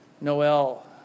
Noel